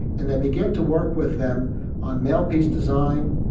and they begin to work with them on mail piece design.